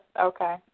Okay